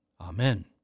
Amen